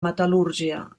metal·lúrgia